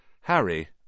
Harry